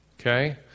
Okay